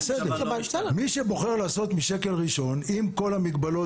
מי שבוחר לעשות משקל ראשון עם כל המגבלות